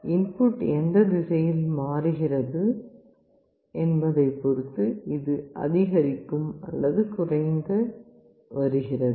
input எந்த திசையில் மாறுகிறது என்பதைப் பொறுத்து இது அதிகரிக்கும் அல்லது குறைந்து வருகிறது